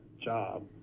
job